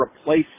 replace